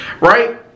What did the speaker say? Right